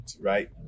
right